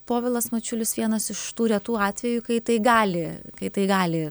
povilas mačiulis vienas iš tų retų atvejų kai tai gali kai tai gali